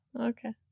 Okay